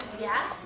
yeah,